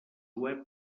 web